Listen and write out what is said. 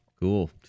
Cool